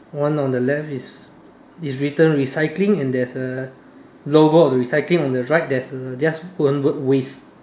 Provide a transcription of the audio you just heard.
one on the left is is written recycling and there's a logo of the recycling on the right there's a just one word waste